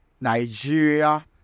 Nigeria